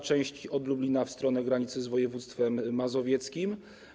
część od Lublina do granicy z województwem mazowieckim.